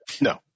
No